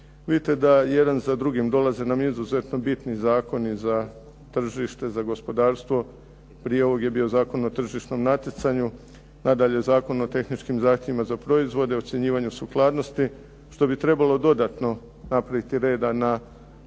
Vidite da jedan za drugim dolaze nam izuzetno bitni zakoni za tržište, za gospodarstvo, prije ovog je bio Zakon o tržišnom natjecanju, nadalje Zakon o tehničkim zahtjevima za proizvode, ocjenjivanje sukladnosti što bi trebalo dodatno napraviti reda na tržištu